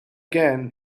again